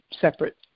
separate